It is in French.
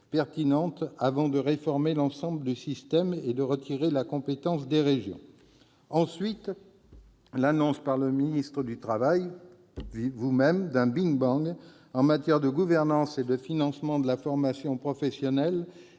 pertinente avant de réformer l'ensemble du système et de retirer la compétence des régions. Ensuite, votre annonce d'un « big-bang » en matière de gouvernance et de financement de la formation professionnelle